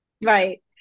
Right